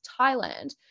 Thailand